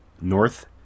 north